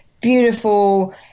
beautiful